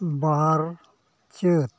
ᱵᱟᱨ ᱪᱟᱹᱛ